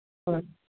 ꯍꯣꯏ